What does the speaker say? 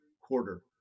quarter